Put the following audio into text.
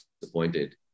disappointed